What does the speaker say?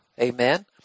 Amen